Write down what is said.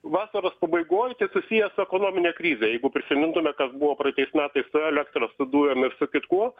vasaros pabaigoj tai susiję su ekonomine krize jeigu prisimintume kas buvo praeitais metais su elektra su dujom ir su kitkuo